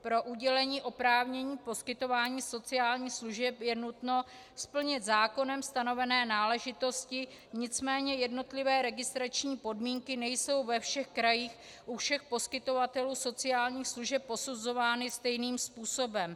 Pro udělení oprávnění k poskytování sociálních služeb je nutno splnit zákonem stanovené náležitosti, nicméně jednotlivé registrační podmínky nejsou ve všech krajích u všech poskytovatelů sociálních služeb posuzovány stejným způsobem.